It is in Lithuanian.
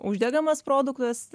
uždegamas produktas